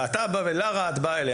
אתם באים ואומרים להם,